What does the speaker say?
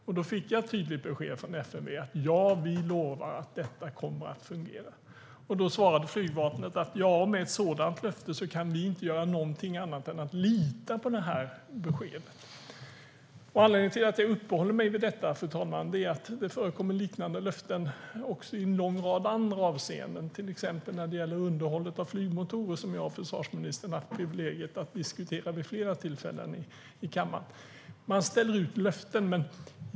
Jag fick då ett tydligt besked från FMV: Ja, vi lovar att detta kommer att fungera. Flygvapnet svarade då: Med ett sådant löfte kan vi inte göra någonting annat än att lita på det beskedet. Fru talman! Anledningen till att jag uppehåller mig vid detta är att det förekommer liknande löften också i en lång rad andra avseenden. Det gäller till exempel underhållet av flygmotorer, som jag och försvarsministern haft privilegiet att diskutera vid flera tillfällen i kammaren. Det ställs ut löften.